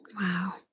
wow